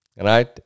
right